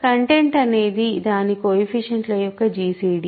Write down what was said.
content అనేది దాని కోయెఫిషియంట్ల యొక్క జిసిడి